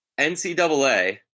NCAA